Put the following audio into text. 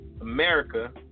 America